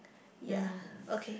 ya okay